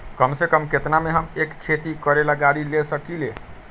कम से कम केतना में हम एक खेती करेला गाड़ी ले सकींले?